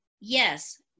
Yes